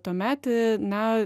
tuomet na